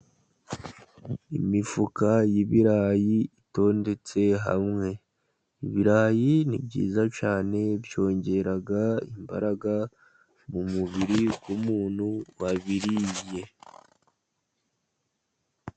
Imifuka y'ibirayi itondetse hamwe, ibirayi ni byiza cyane byongera imbaraga mu mubiri w'umuntu wabiririye.